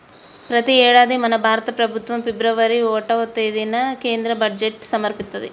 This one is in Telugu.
ప్రతి యేడాది మన భారత ప్రభుత్వం ఫిబ్రవరి ఓటవ తేదిన కేంద్ర బడ్జెట్ సమర్పిత్తది